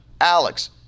Alex